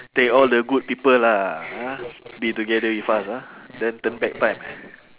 take all the good people lah ah they together with us ah then turn back time